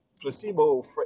placebo